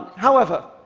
however